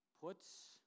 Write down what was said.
puts